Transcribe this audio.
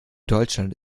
deutschland